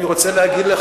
לא,